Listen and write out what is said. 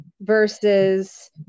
versus